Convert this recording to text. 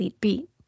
Beat